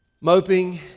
moping